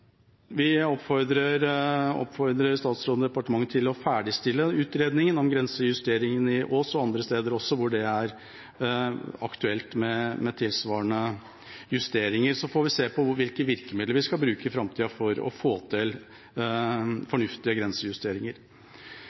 Vi oppfordrer statsråden og departementet til å ferdigstille utredningen om grensejusteringen i Ås, og andre steder også, hvor det er aktuelt med tilsvarende justeringer. Så får vi se på hvilke virkemidler vi skal bruke i framtida for å få til fornuftige grensejusteringer.